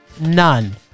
none